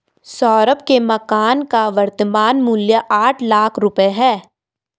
सौरभ के मकान का वर्तमान मूल्य आठ लाख रुपये है